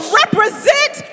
represent